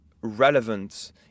relevant